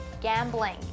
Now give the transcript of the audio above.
gambling